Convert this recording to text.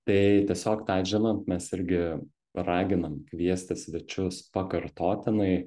tai tiesiog tą žinant mes irgi raginam kviesti svečius pakartotinai